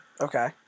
Okay